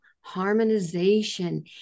harmonization